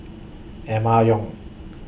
Emma Yong